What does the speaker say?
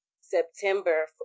September